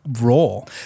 role